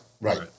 right